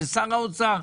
לשר האוצר,